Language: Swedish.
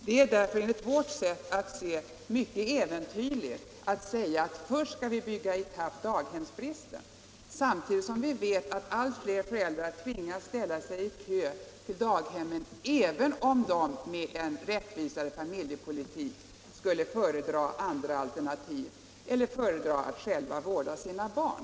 Det är därför enligt vårt sätt att se mycket äventyrligt att säga att först skall vi bygga ikapp daghemsbristen, samtidigt som vi vet att allt fler föräldrar tvingas ställa sig i kö till daghemmen, även om de med en rättvisare familjepolitik skulle föredra andra alternativ eller föredra att själva vårda sina barn.